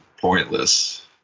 pointless